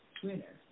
Twitter